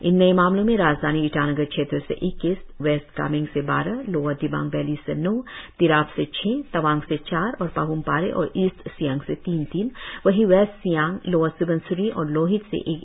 इन नए मामलों में राजधानी ईटानगर क्षेत्र से इक्कीस वेस्ट कामेंग से बारह लोवर दिबांग वैली से नौ तिराप से छ तावांग से चार और पाप्म पारे और ईस्ट सियांग से तीन तीन वही वेस्ट सियांग लवर स्बनसिरी और लोहित से एक एक मामले शामिल है